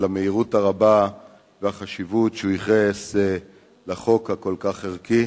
המהירות הרבה והחשיבות שהוא ייחס לחוק הכל-כך ערכי.